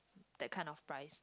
that kind of price